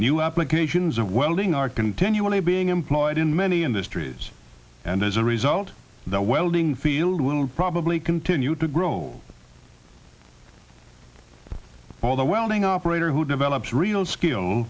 new applications of welding are continually being employed in many industries and as a result the welding field will probably continue to grow all the welding operator who develops real skill